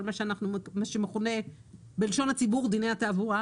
כל מה שמכונה בלשון הציבור דיני התעבורה,